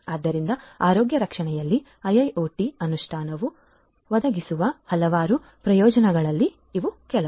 ಆದ್ದರಿಂದ ಆರೋಗ್ಯ ರಕ್ಷಣೆಯಲ್ಲಿ ಐಐಒಟಿ ಅನುಷ್ಠಾನವು ಒದಗಿಸುವ ಹಲವು ಪ್ರಯೋಜನಗಳಲ್ಲಿ ಇವು ಕೆಲವು